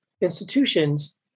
institutions